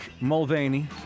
Mulvaney